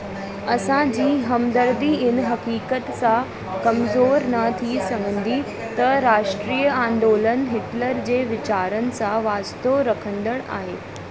असां जी हमदर्दी इन हक़ीकत सां कमज़ोरु न थी सघंदी त राष्ट्रीय आंदोलनु हिटलर जे वीचारनि सां वास्तो रखंदड़ु आहे